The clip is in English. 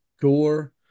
gore